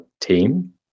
team